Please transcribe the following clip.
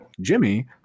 jimmy